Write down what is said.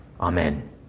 Amen